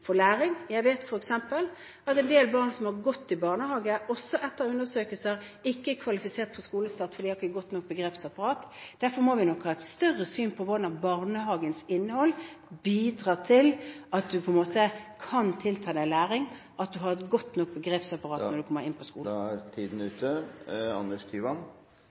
for læringen. Jeg vet f.eks. at en del barn som har gått i barnehage, etter undersøkelser ikke er kvalifisert for skolestart, fordi de ikke har godt nok begrepsapparat. Derfor må vi nok ha et bredere syn på hvordan barnehagens innhold bidrar til at en kan ta til seg læring, til at en har et godt nok begrepsapparat når en begynner på